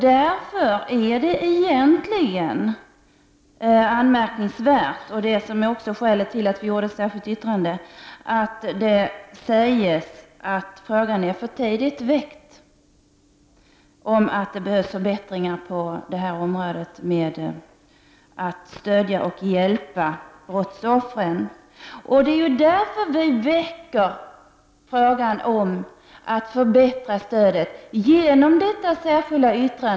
Därför är det anmärkningsvärt — vilket också är anledningen till att vi har fogat ett särskilt yttrande till betänkandet — att det sägs att frågan om att det behövs förbättringar för att man skall kunna stödja och hjälpa brottsoffren är för tidigt väckt. Det är därför som vi, genom detta särskilda yttrande om att stödet skall förbättras, väcker denna fråga.